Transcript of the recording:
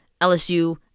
LSU